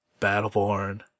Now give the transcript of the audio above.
Battleborn